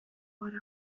gara